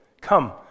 Come